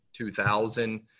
2000